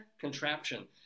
contraption